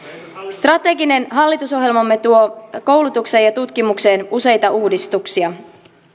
strateginen hallitusohjelmamme tuo koulutukseen ja tutkimukseen useita uudistuksia